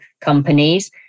companies